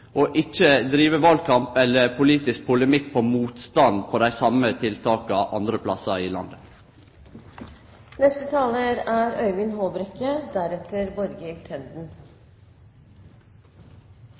ikkje drive valkamp eller politisk polemikk på motstand mot dei same tiltaka andre plassar i landet. Kraftsituasjonen i Midt-Norge er